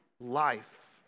life